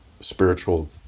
spiritual